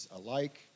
alike